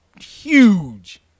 huge